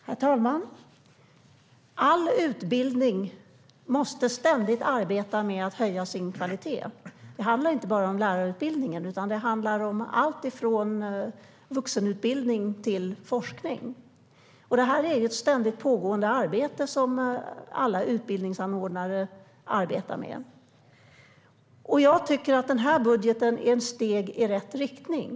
Herr talman! All utbildning måste ständigt arbeta med att höja sin kvalitet. Det handlar inte bara om lärarutbildningen. Det handlar om alltifrån vuxenutbildning till forskning. Det är ett ständigt pågående arbete som alla utbildningsanordnare har. Den här budgeten är ett steg i rätt riktning.